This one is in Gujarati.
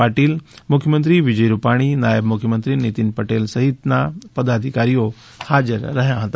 પાટિલ મુખ્યમંત્રી વિજય રૂપાણી નાયબ મુખ્યમંત્રી નિતિનભાઈ પટેલ સહિતના પદાધિકારીઓ હાજર રહ્યા હતા